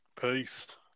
Peace